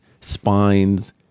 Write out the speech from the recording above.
spines